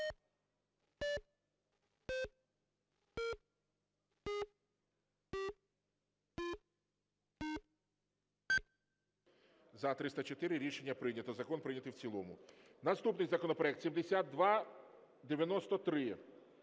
За-304 Рішення прийнято. Закон прийнятий в цілому. Наступний законопроект 7293,